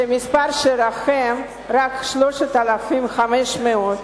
שמספרם רק 3,500,